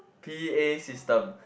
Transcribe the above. P_A system